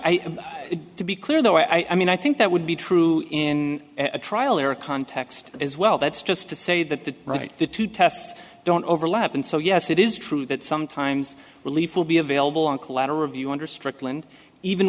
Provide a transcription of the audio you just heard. to be clear though i mean i think that would be true in a trial or a context as well that's just to say that the right the two tests don't overlap and so yes it is true that sometimes relief will be available on collateral review under strickland even